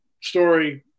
story